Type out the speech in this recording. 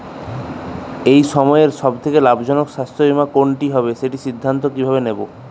এই সময়ের সব থেকে লাভজনক স্বাস্থ্য বীমা কোনটি হবে সেই সিদ্ধান্ত কীভাবে নেব?